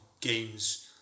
games